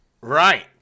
Right